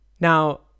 Now